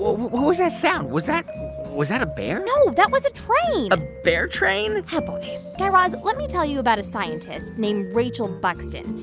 was that sound? was that was that a bear? no. that was a train a bear train? oh, boy. guy raz, let me tell you about a scientist named rachel buxton.